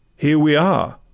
here we are,